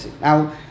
now